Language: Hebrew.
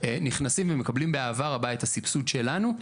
נכנסים ומקבלים באהבה רבה את הסבסוד שלנו,